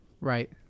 Right